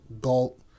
galt